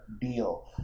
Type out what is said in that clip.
deal